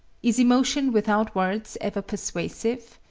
is emotion without words ever persuasive?